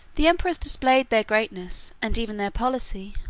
the emperors displayed their greatness, and even their policy,